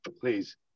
please